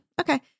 Okay